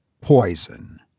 poison